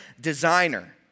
designer